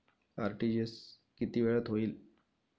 RTGS किती वेळात होईल?